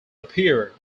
appeared